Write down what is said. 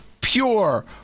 pure